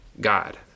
God